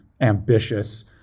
ambitious